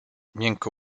miękko